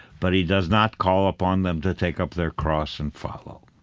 but he does not call upon them to take up their cross and follow.